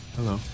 Hello